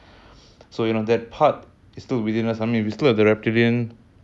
it's like you know um it's like a wild bull and a bull that